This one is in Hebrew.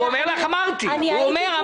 הוא אומר לך אמרתי, אני שמעתי.